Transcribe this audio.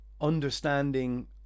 understanding